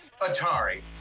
Atari